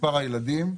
מספר הילדים,